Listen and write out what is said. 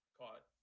caught